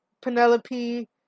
Penelope